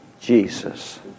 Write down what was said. Jesus